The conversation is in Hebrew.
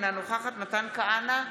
אינה נוכחת מתן כהנא,